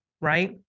right